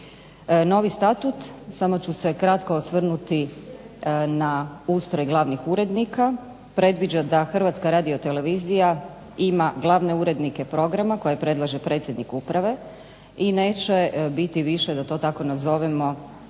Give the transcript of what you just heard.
Novi statut, samo ću se kratko osvrnuti na ustroj glavnih urednika, predviđa da Hrvatska radiotelevizija ima glavne urednike programa koje predlaže predsjednik uprave i neće biti više, da to tako nazovemo,